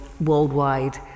worldwide